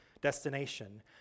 destination